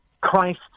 Christ